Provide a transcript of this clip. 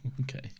Okay